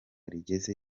rigeze